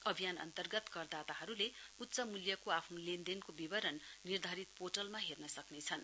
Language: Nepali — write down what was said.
अभियान अन्तर्गत करदाताहरुले उच्च मूल्यको आफ्नो लेनदेनको विवरण निर्धारित पोर्टलमा हेर्न सक्नेछन्